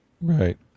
Right